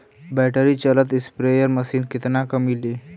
Battery चलत sprayer machine कितना क मिली?